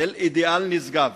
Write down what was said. אל אידיאל נשגב,